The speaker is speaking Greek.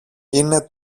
είναι